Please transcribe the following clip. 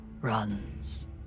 runs